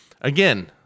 Again